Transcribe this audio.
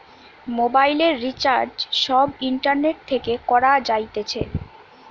মোবাইলের রিচার্জ সব ইন্টারনেট থেকে করা যাইতেছে